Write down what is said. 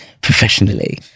professionally